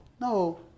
No